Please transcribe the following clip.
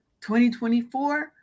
2024